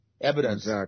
evidence